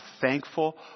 thankful